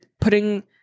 putting